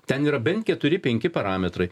ten yra bent keturi penki parametrai